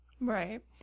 Right